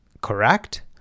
correct